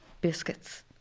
biscuits